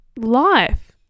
life